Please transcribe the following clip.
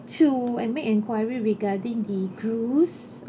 to make enquiry regarding the cruise